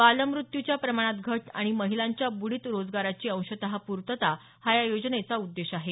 बालमृत्यूच्या प्रमाणात घट आणि महिलांच्या बुडीत रोजगाराची अंशत पूर्तेता हा या योजनेचा उद्देश आहे